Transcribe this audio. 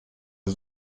der